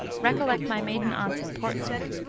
recollect my maiden aunts at portlake.